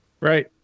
Right